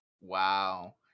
Wow